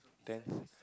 tenth